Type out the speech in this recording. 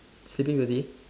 sleeping beauty